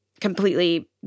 completely